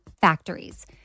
factories